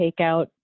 takeout